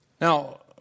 Now